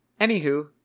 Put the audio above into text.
anywho